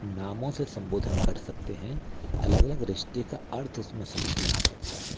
नामों से संबोधन कर सकते हैं अलग अलग रिश्ते का अर्थ उसमें समझ में आ सकता है